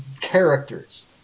characters